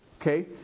okay